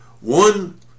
One